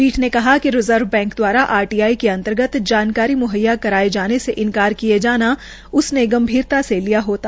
पीठ ने कहा कि रिजर्व बैंक दवारा आरटीआई के अंतर्गत जानकारी मुहैया कराये जाने से इन्कार किये जाना उसने गंभीरता से लिया होता